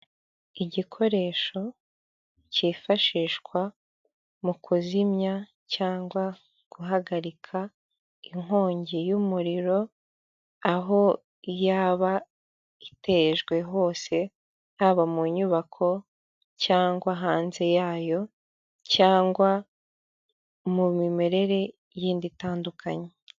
Igikoresho cyifashishwa mu kuzimya cyangwa guhagarika inkongi y'umuriro, aho yaba itejwe hose, haba mu nyubako cyangwa hanze yayo cyangwa mu mimerere y'indi itandukanye.